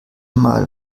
mal